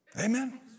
Amen